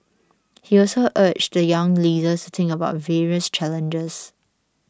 he also urged the young leaders to think about various challenges